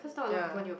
ya